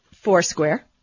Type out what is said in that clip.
Foursquare